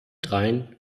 dreien